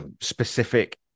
specific